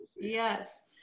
Yes